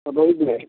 କଥା ହେଇଥିଲେ